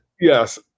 yes